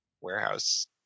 warehouse